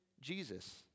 Jesus